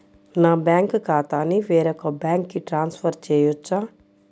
నా బ్యాంక్ ఖాతాని వేరొక బ్యాంక్కి ట్రాన్స్ఫర్ చేయొచ్చా?